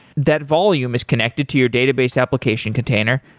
that volume is connected to your database application container.